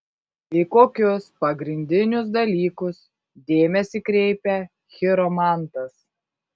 į kokius pagrindinius dalykus dėmesį kreipia chiromantas